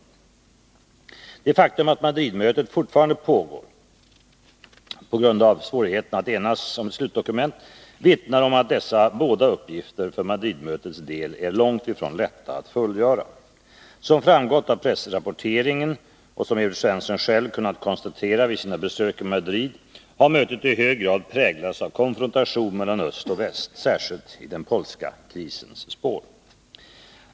Det faktum att Madridmötet fortfarande pågår på grund av svårigheterna att enas om ett slutdokument vittnar om att dessa båda uppgifter för Madridmötets del är långt ifrån lätta att fullgöra. Som framgått av pressrapporteringen, och som Evert Svensson själv kunnat konstatera vid sina besök i Madrid, har mötet i hög grad präglats av konfrontation mellan öst och väst, särskilt i den polska krisens spår.